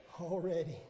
already